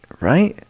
Right